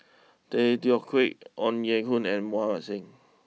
Tay Teow Kiat Ong Ye Kung and Mohan Singh